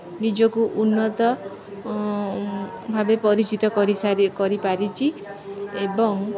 ନିଜକୁ ଉନ୍ନତ ଭାବେ ପରିଚିତ କରିସାରି କରିପାରିଛି ଏବଂ